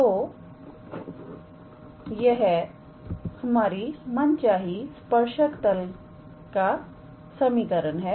तो यह हमारी मनचाही स्पर्शक तल का समीकरण है